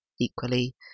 equally